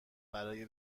برای